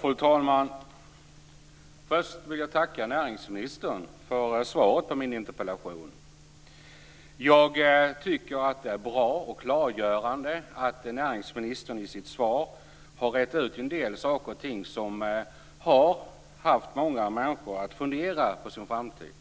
Fru talman! Först vill jag tacka näringsministern för svaret på min interpellation. Jag tycker att det är bra och klargörande att näringsministern i sitt svar har rett ut en del saker och ting som har fått många människor att fundera på sin framtid.